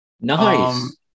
Nice